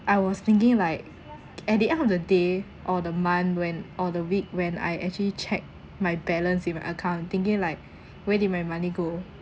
I was thinking like at the end of the day or the month when or the week when I actually check my balance in my account thinking like where did my money go